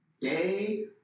day